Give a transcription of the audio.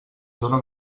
zona